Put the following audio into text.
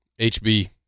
HB